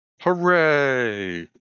hooray